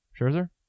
Scherzer